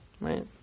right